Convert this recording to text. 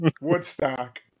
Woodstock